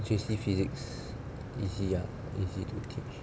J_C physics easy ah easy to teach